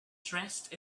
dressed